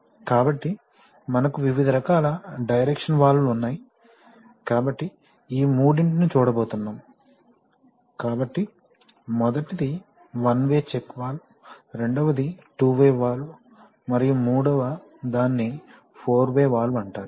కాబట్టి మనకు వివిధ రకాల డైరెక్షనల్ వాల్వ్ లు ఉన్నాయి కాబట్టి ఈ మూడింటిని చూడబోతున్నాం కాబట్టి మొదటిది వన్ వే చెక్ వాల్వ్ రెండవది టూ వే వాల్వ్ మరియు మూడవ దాన్ని ఫోర్ వే వాల్వ్ అంటారు